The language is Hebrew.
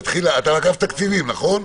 אתה אגף תקציבים, נכון?